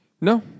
No